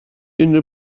unrhyw